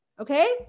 Okay